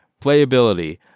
playability